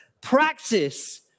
practice